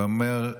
ואומר: